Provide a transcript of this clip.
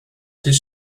his